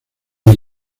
del